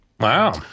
Wow